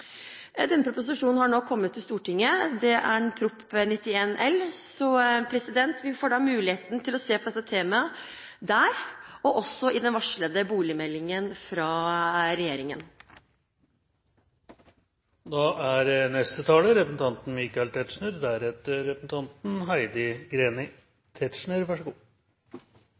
proposisjonen har nå kommet til Stortinget – det er Prop. 91 L for 2011–2012 – så vi får muligheten til å se på dette temaet der, og også i den varslede boligmeldingen fra